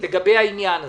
לגבי העניין הזה.